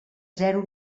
zero